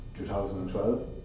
2012